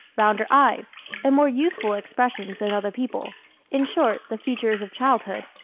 rounder eyes and more youthful expressions than other people in short, the features of childhood.